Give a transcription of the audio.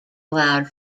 allowed